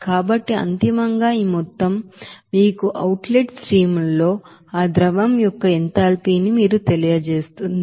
కాబట్టి అంతిమంగా ఈ మొత్తం మీకు ఆ అవుట్ లెట్ స్ట్రీమ్ లలో ఆ ద్రవం యొక్క ఎంథాల్పీని మీకు తెలియజేస్తుంది